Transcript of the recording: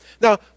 Now